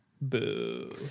Boo